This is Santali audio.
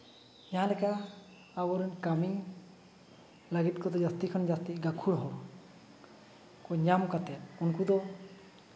ᱡᱟᱦᱟᱸ ᱞᱮᱠᱟ ᱟᱵᱚᱨᱮᱱ ᱠᱟᱹᱢᱤ ᱞᱟᱹᱜᱤᱫ ᱠᱚᱫᱚ ᱡᱟᱹᱥᱛᱤ ᱠᱷᱚᱱ ᱡᱟᱹᱥᱛᱤ ᱜᱟᱹᱠᱷᱩᱲ ᱦᱚᱲ ᱠᱚ ᱧᱟᱢ ᱠᱟᱛᱮ ᱩᱱᱠᱩ ᱫᱚ